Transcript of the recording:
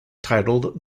titled